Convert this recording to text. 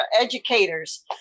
educators